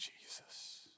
Jesus